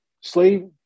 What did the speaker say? slave